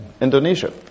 Indonesia